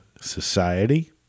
Society